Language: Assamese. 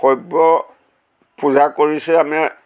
সব্য পূজা কৰিছে আমি